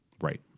Right